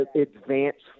advanced